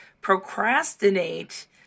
procrastinate